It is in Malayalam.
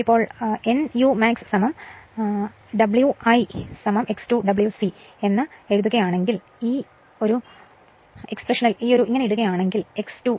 ഇപ്പോൾ nu max Wi X2 Wc അതായത് ഈ ആവിഷ്കരണം ഇടുകയാണെങ്കിൽ X2 Wc Wi X2 Wc Wi